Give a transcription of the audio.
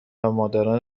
مادران